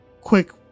quick